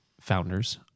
founders